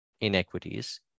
inequities